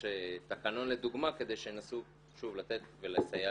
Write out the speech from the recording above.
תקנון לדוגמה כדי שינסו לתת ולסייע